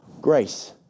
grace